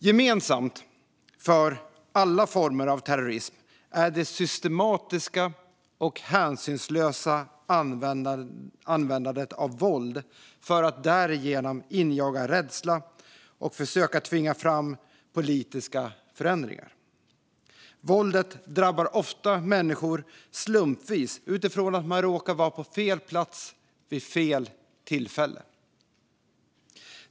Gemensamt för alla former av terrorism är det systematiska och hänsynslösa användandet av våld för att därigenom injaga rädsla och försöka tvinga fram politiska förändringar. Våldet drabbar ofta människor slumpvis utifrån att de råkar vara på fel plats vid fel tillfälle.